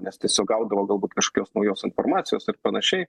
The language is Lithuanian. nes tiesiog gaudavo galbūt kažkokios naujos informacijos ir panašiai